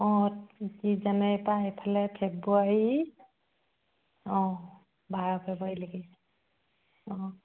অঁ পা এইফালে ফেব্ৰুৱাৰী অঁ বাৰ ফেব্ৰুৱাৰীলৈকে অঁ